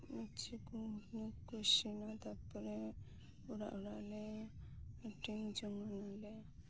ᱞᱩᱪᱤ ᱠᱚ ᱤᱥᱤᱱᱟ ᱛᱟᱨᱯᱚᱨᱮ ᱚᱲᱟᱜ ᱚᱲᱟᱜ ᱞᱮ ᱦᱟᱴᱤᱧ ᱡᱚᱢᱟᱞᱮ